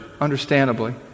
understandably